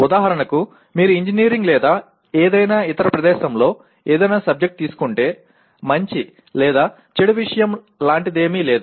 ఉదాహరణకు మీరు ఇంజనీరింగ్ లేదా ఏదైనా ఇతర ప్రదేశంలో ఏదైనా సబ్జెక్టు తీసుకుంటే మంచి లేదా చెడు విషయం లాంటిదేమీ లేదు